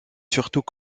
surtout